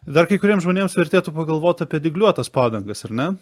dar kai kuriems žmonėms vertėtų pagalvot apie dygliuotas padangas ar ne